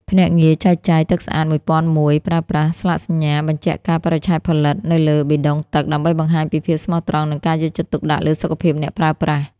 ភ្នាក់ងារចែកចាយ ទឹកស្អាត ១០០១ ប្រើប្រាស់ "ស្លាកសញ្ញាបញ្ជាក់កាលបរិច្ឆេទផលិត" នៅលើប៊ីដុងទឹក ដើម្បីបង្ហាញពីភាពស្មោះត្រង់ និងការយកចិត្តទុកដាក់លើសុខភាពអ្នកប្រើប្រាស់។